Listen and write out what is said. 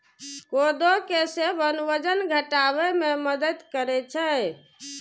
कोदो के सेवन वजन घटाबै मे मदति करै छै